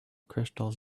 crystals